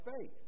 faith